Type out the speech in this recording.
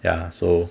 ya so